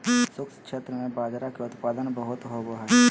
शुष्क क्षेत्र में बाजरा के उत्पादन बहुत होवो हय